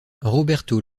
roberto